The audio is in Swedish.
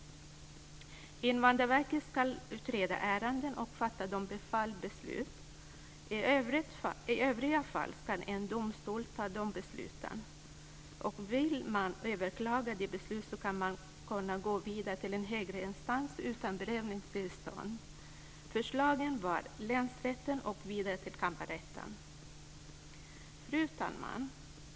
Invandrarverket ska utreda ärenden och fatta bifallsbeslut. I övriga fall ska en domstol fatta besluten. Vill man överklaga det beslutet kan man gå vidare till en högre instans utan prövningstillstånd - förslaget var länsrätten och vidare till kammarrätten. Fru talman!